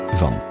van